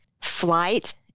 flight